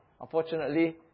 Unfortunately